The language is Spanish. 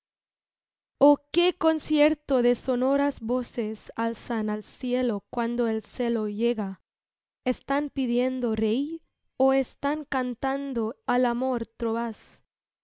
que concierto de sonoras voces alzan al cielo cuando el celo llega están pidiendo rey ó están cantando al amor